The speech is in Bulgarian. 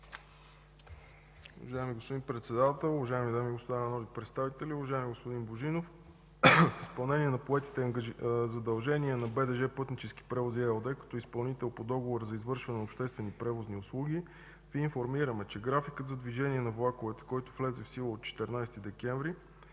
Ви информираме, че графикът за движение на влаковете, който влезе в сила от 14 декември,